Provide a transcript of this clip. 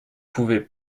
pouvait